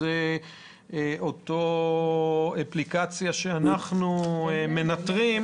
אותה אפליקציה שאנחנו מנטרים,